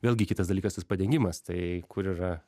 vėlgi kitas dalykas tas padengimas tai kur yra